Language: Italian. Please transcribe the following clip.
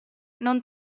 non